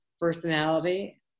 personality